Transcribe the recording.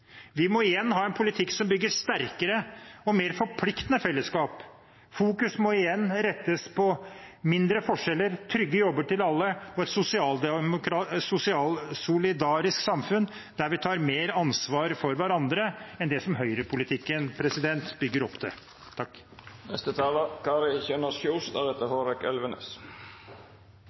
Vi må igjen ha en politikk som bygger sterkere og mer forpliktende fellesskap. Fokuset må igjen rettes mot mindre forskjeller, trygge jobber til alle og et solidarisk samfunn der vi tar mer ansvar for hverandre enn det høyrepolitikken bygger opp til.